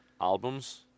albums